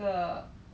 affected ah